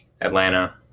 Atlanta